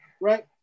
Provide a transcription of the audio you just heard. right